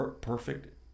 Perfect